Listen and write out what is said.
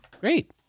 Great